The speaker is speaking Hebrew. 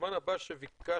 המוזמן הבא שביקשתי,